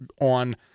on